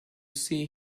see